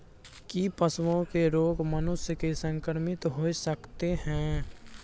की पशुओं के रोग मनुष्य के संक्रमित होय सकते है?